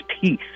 peace